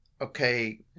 okay